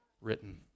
written